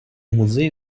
музеї